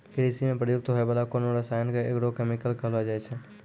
कृषि म प्रयुक्त होय वाला कोनो रसायन क एग्रो केमिकल कहलो जाय छै